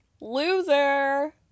Loser